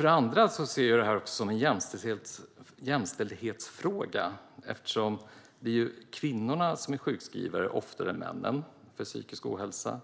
Vidare ser jag detta också som en jämställdhetsfråga eftersom kvinnorna oftare än männen är sjukskrivna för psykisk ohälsa.